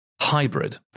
hybrid